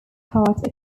heart